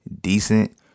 decent